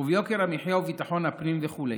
וביוקר המחיה וביטחון הפנים וכו'.